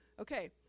Okay